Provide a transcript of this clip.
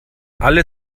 alle